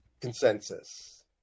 consensus